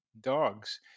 dogs